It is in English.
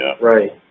Right